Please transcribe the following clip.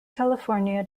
california